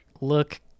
look